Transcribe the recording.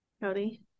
Cody